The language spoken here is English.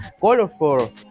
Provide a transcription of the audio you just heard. colorful